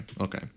okay